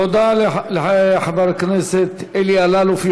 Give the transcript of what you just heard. תודה לחבר הכנסת אלי אלאלוף,